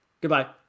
Goodbye